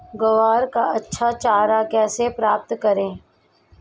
ग्वार का अच्छा चारा कैसे प्राप्त करें?